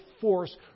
force